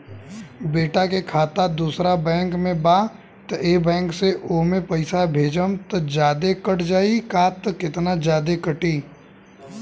बेटा के खाता दोसर बैंक में बा त ए बैंक से ओमे पैसा भेजम त जादे कट जायी का त केतना जादे कटी?